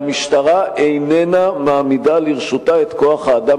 המשטרה איננה מעמידה לרשותה את כוח-האדם